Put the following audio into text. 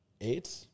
eight